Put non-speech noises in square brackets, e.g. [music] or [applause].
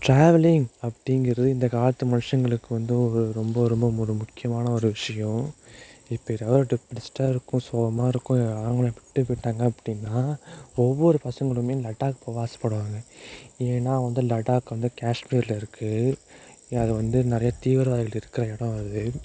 travelling அப்படிங்கிறது இந்த காலத்து மனுஷங்களுக்கு வந்து ஒரு ரொம்ப ரொம்ப மிக முக்கியமான ஒரு விஷயம் இப்போ ஏதாவது ஒரு டிப்ரெஸ்டாக இருக்கோம் சோகமாக இருக்கோம் யாராவது நம்ம [unintelligible] போயிட்டாங்க அப்படின்னா ஒவ்வொரு பசங்களுமே லடாக் போவ ஆசைப்படுவாங்க ஏன்னா வந்து லடாக் வந்து காஷ்மீரில் இருக்கு அது வந்து நிறையா தீவிரவாதிகள் இருக்கிற இடம் அது